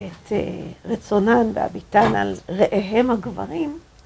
את רצונן בהביטן על רעיהם הגברים.